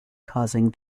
causing